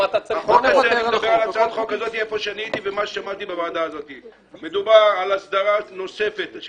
החוק הזה מדבר על הצעת חוק על פיה מדובר בהסדרה נוספת של